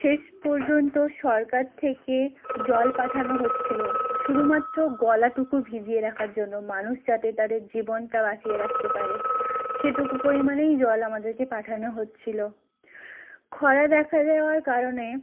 শেষ পর্যন্ত সরকার থেকে জল পাঠানো হচ্ছিলো শুধুমাত্র গলাটুকু ভিজিয়ে রাখার জন্য মানুষ যাতে তাদের জীবনটা বাঁচিয়ে রাখতে পারে সেটুকু পরিমাণেই জল আমাদেরকে পাঠানো হচ্ছিলো খরা দেখা দেওয়ার কারণে